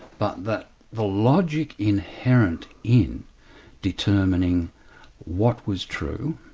but that the logic inherent in determining what was true,